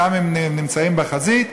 גם אם נמצאים בחזית,